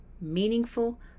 meaningful